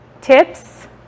tips